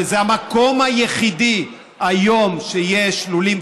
שזה המקום היחיד היום שיש לולים,